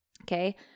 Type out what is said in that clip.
Okay